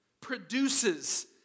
produces